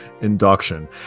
induction